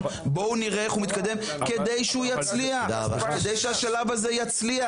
בואו נראה איך הוא מתקדם כדי שהשלב הזה יצליח.